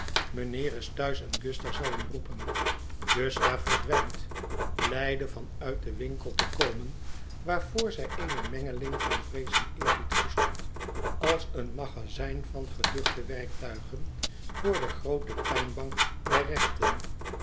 mijnheer is thuis en gusta zal hem roepen gusta verdwijnt blijde van uit den winkel te komen waarvoor zij eene mengeling van vrees en eerbied koestert als een magazijn van geduchte werktuigen voor de groote pijnbank der rechten